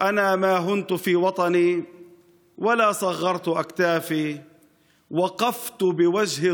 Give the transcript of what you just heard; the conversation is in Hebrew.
"במולדתי שלי לא הושפלתי / ואת כתפיי אף לא